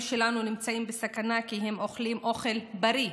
שלנו נמצאים בסכנה כי הם אוכלים אוכל בריא.